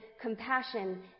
compassion